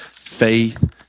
Faith